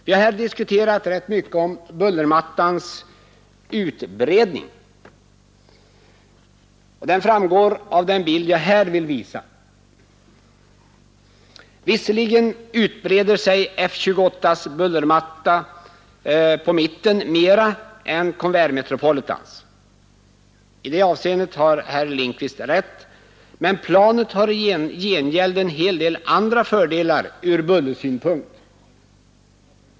Vi har här diskuterat rätt mycket om bullermattans utbredning. Den framgår av den bild jag nu visar på TV-skärmen. Visserligen breder Fokker F-28:s bullermatta ut sig mera på mitten än Convair Metropolitans — i det avseendet har herr Lindkvist rätt — men planet har i gengäld en rad andra fördelar från bullersynpunkt.